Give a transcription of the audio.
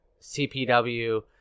cpw